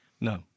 no